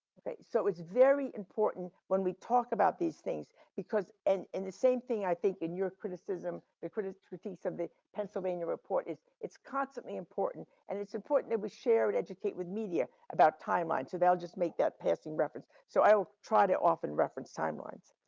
so it's very important when we talk about these things, because and in the same thing, i think, in your criticism, the critical piece of the pennsylvania report is it's constantly important. and it's important, it was shared, educate with media about timeline, so they'll just make that passing reference. so, i try to often reference timelines.